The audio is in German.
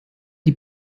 die